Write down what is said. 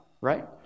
right